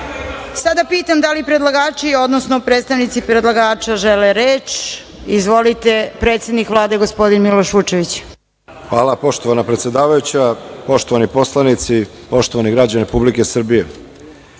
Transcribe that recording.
vam. Sada pitam da li predlagači, odnosno predstavnici predlagača žele reč? Izvolite. Reč ima predsednik Vlade, gospodin Miloš Vučević. **Miloš Vučević** Poštovana predsedavajuća, poštovani poslanici, poštovani građani Republike Srbije,